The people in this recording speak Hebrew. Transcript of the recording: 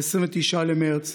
29 במרץ,